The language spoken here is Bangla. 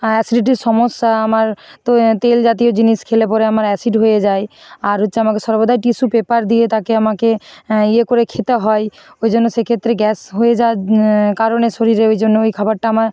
অ্যাসিডিটির সমস্যা আমার তো তেল জাতীয় জিনিস খেলে পরে আমার অ্যাসিড হয়ে যায় আর হচ্ছে আমাকে সর্বদাই টিস্যু পেপার দিয়ে তাকে আমাকে ইয়ে করে খেতে হয় ওই জন্য সেক্ষেত্রে গ্যাস হয়ে যাওয়ার কারণে শরীরে ওই জন্য ওই খাবারটা আমার